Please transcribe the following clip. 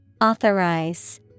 Authorize